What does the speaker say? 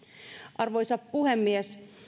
arvoisa puhemies